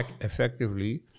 effectively